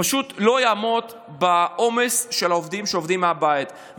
הוא פשוט לא יעמוד בעומס של העובדים שעובדים מהבית.